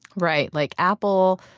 right, like apple,